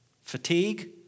Fatigue